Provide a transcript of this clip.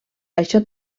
això